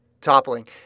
toppling